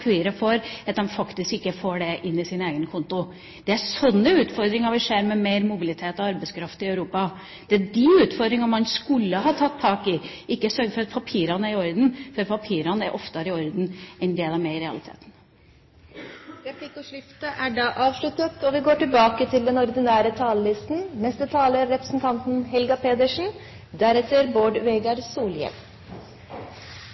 inn på sin egen konto. Det er slike utfordringer vi ser med mer mobilitet av arbeidskraft i Europa. Det er de utfordringene man skulle ha tatt tak i – ikke det å sørge for at papirene er i orden, for papirene er oftere i orden enn det de er i realiteten. Replikkordskiftet er dermed avsluttet.